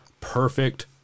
perfect